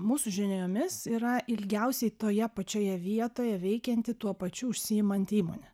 mūsų žiniomis yra ilgiausiai toje pačioje vietoje veikianti tuo pačiu užsiimanti įmonė